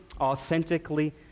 authentically